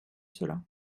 cela